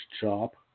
chop